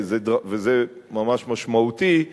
וזה ממש משמעותי,